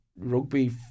rugby